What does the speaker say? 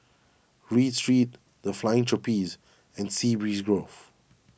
Read Street the Flying Trapeze and Sea Breeze Grove